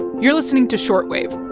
you're listening to short wave